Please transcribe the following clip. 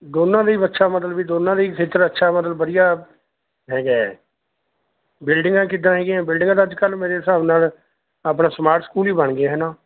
ਦੋਨਾਂ ਦਾ ਹੀ ਅੱਛਾ ਮਤਲਬ ਵੀ ਦੋਨਾਂ ਦਾ ਹੀ ਖੇਤਰ ਅੱਛਾ ਮਤਲਬ ਵਧੀਆ ਹੈਗਾ ਬਿਲਡਿੰਗਾਂ ਕਿੱਦਾਂ ਹੈਗੀਆਂ ਬਿਲਡਿੰਗਾਂ ਤਾਂ ਅੱਜ ਕੱਲ੍ਹ ਮੇਰੇ ਹਿਸਾਬ ਨਾਲ ਆਪਣਾ ਸਮਾਰਟ ਸਕੂਲ ਹੀ ਬਣ ਗਏ ਹੈ ਨਾ